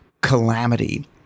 calamity